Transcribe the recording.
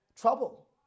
trouble